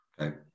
Okay